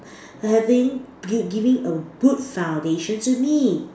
having giving a foundation to me